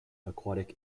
aquatic